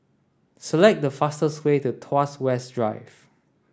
select the fastest way to Tuas West Drive